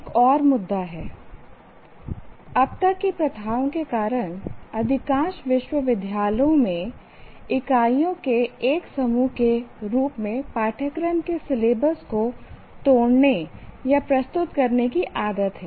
एक और मुद्दा है अब तक की प्रथाओं के कारण अधिकांश विश्वविद्यालयों में इकाइयों के एक समूह के रूप में पाठ्यक्रम के सिलेबस को तोड़ने या प्रस्तुत करने की आदत है